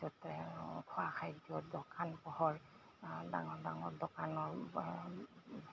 খোৱা খাদ্যৰো দোকান পোহৰ ডাঙৰ ডাঙৰ দোকানৰ